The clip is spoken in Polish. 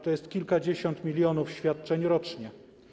To jest kilkadziesiąt milionów świadczeń rocznie.